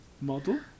model